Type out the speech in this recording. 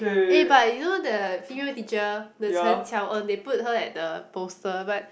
eh but you know the female teacher the Cheng-Qiao-En they put her at the poster but